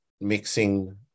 mixing